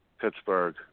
Pittsburgh